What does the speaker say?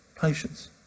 patience